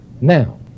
now